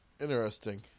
Interesting